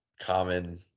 common